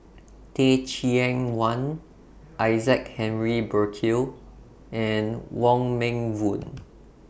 Teh Cheang Wan Isaac Henry Burkill and Wong Meng Voon